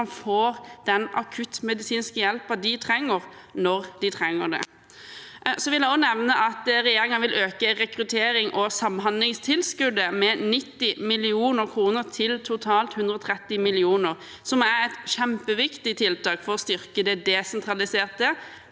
områdene får den akuttmedisinske hjelpen de trenger, når de trenger den. Jeg vil også nevne at regjeringen vil øke rekrutterings- og samhandlingstilskuddet med 90 mill. kr, til totalt 130 mill. kr, som er et kjempeviktig tiltak for å styrke det desentraliserte